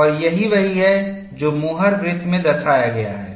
और यह वही है जो मोहर वृत्तMohr's circle में दर्शाया गया है